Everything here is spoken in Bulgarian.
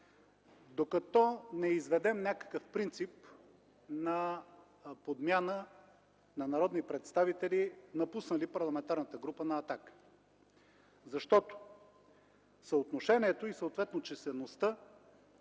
докато не изведем някакъв принцип на подмяна на народни представители, напуснали Парламентарната група на „Атака”. Съотношението и съответно числеността